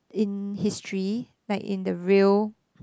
in history like in the real